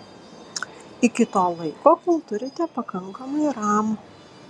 iki to laiko kol turite pakankamai ram